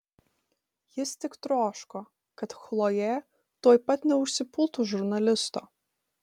jis tik troško kad chlojė tuoj pat neužsipultų žurnalisto